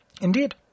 Indeed